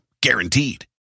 guaranteed